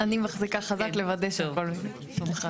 אני מחזיקה חזק לוודא שהכל מסונכרן.